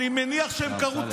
אני מניח שהם קראו תהילים.